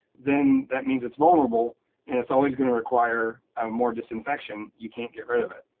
then that means it's vulnerable and it's always gonna require more disinfection. you can't get rid of it.